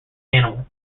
animal